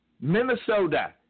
Minnesota